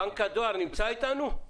בנק הדואר נמצא אתנו?